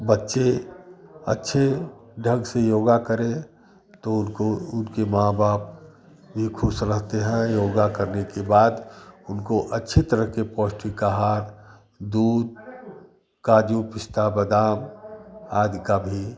बच्चे अच्छे ढंग से योगा करें तो उनको उनके माँ बाप भी ख़ुश रहते हैं योगा करने के बाद उनको अच्छी तरह के पौष्टिक आहार दूध काजू पिस्ता बादाम आदि की भी